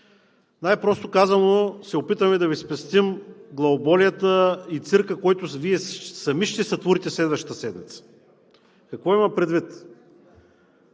Най просто казано се опитваме да Ви спестим главоболията и цирка, който Вие сами ще сътворите следващата седмица. Какво имам предвид?